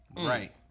Right